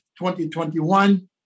2021